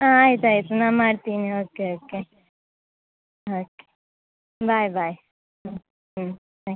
ಹಾಂ ಆಯ್ತಾಯ್ತು ನಾ ಮಾಡ್ತೀನಿ okay okay okay bye bye ಹ್ಞೂ ಹ್ಞೂ ಹ್ಞೂ